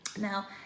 Now